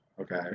okay